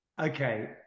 Okay